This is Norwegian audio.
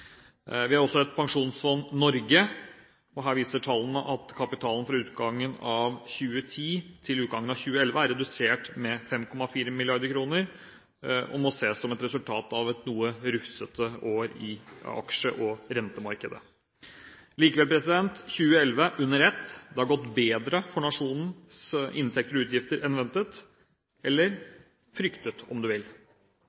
Vi har også Statens pensjonsfond Norge. Her viser tallene at kapitalen fra utgangen av 2010 til utgangen av 2011 er redusert med 5,4 mrd. kr, og må ses som et resultat av et noe rufsete år i aksje- og rentemarkedet. Likevel: Det har i 2011, sett under ett, gått bedre for nasjonens inntekter og utgifter enn ventet – eller